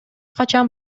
качан